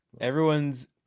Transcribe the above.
everyone's